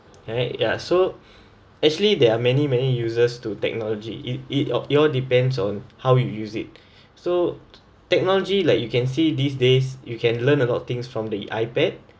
right ya so actually there are many many uses to technology it it it all depends on how you use it so technology like you can see these days you can learn a lot of things from the ipad